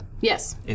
Yes